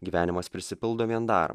gyvenimas prisipildo vien dar